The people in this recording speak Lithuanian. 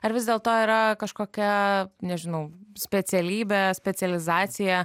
ar vis dėlto yra kažkokia nežinau specialybė specializacija